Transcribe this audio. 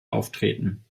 auftreten